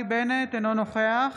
אינו נוכח